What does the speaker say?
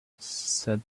said